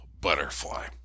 butterfly